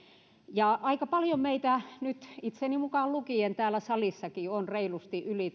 ja aika paljon meitä nyt itseni mukaan lukien täällä salissakin on reilusti yli